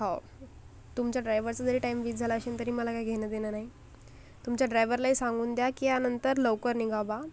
हो तुमच्या ड्रायवरचा जरी टाइम मिस झाला असेल तरी मला काही घेणंदेणं नाही तुमच्या ड्रायवरला ही सांगून द्या की ह्यानंतर लवकर निघा बुवा